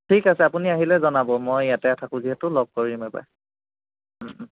ঠিক আছে আপুনি আহিলে জনাব মই ইয়াতে থাকোঁ যিহেতু লগ কৰিম এবাৰ উম উম